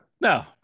No